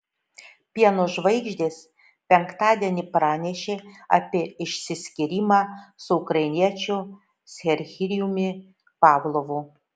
pieno žvaigždės penktadienį pranešė apie išsiskyrimą su ukrainiečiu serhijumi pavlovu